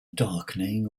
darkening